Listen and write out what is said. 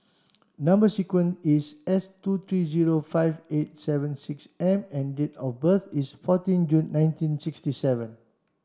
number sequence is S two three zero five eight seven six M and date of birth is fourteen June nineteen sixty seven